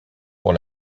pour